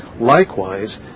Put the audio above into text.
Likewise